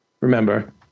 remember